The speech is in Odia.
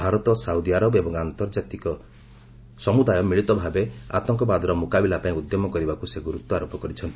ଭାରତ ସାଉଦିଆରବ ଏବଂ ଆନ୍ତର୍ଜାତିକ ସମୁଦାୟ ମିଳିତ ଭାବେ ଆତଙ୍କବାଦର ମୁକାବିଲା ପାଇଁ ଉଦ୍ୟମ କରିବାକୁ ସେ ଗୁରୁତ୍ୱାରୋପ କରିଛନ୍ତି